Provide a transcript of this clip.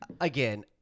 Again